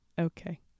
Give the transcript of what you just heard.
Okay